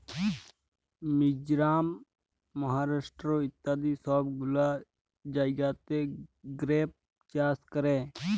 মিজরাম, মহারাষ্ট্র ইত্যাদি সব গুলা জাগাতে গ্রেপ চাষ ক্যরে